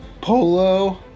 Polo